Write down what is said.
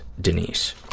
Denise